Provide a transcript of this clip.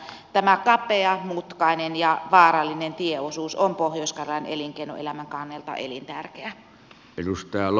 tämä kapea mutkainen ja vaarallinen tieosuus on pohjois karjalan elinkeinoelämän kannalta elintärkeä